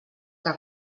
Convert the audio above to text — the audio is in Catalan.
que